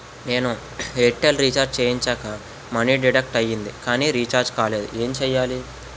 నేను Airtel recharge చేయించగా money deduct అయ్యింది కానీ రీఛార్జ్ కాలేదు ఏంటి చేయాలి?